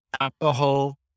alcohol